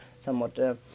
somewhat